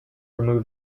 remove